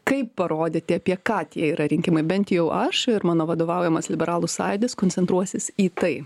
kaip parodyti apie ką tie yra rinkimai bent jau aš ir mano vadovaujamas liberalų sąjūdis koncentruosis į tai